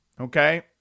Okay